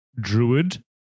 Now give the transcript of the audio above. Druid